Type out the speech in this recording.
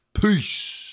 Peace